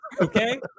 Okay